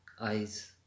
eyes